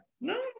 No